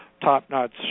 top-notch